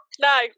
no